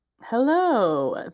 Hello